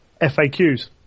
FAQs